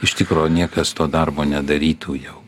iš tikro niekas to darbo nedarytų jau